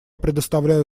предоставляю